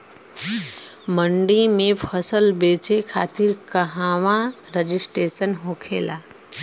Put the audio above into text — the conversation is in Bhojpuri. मंडी में फसल बेचे खातिर कहवा रजिस्ट्रेशन होखेला?